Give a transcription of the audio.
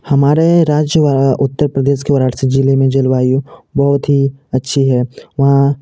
हमारे राज्य व उत्तर प्रदेश के वाराणसी ज़िले में जलवायु बहुत ही अच्छी है वहाँ